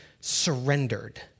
surrendered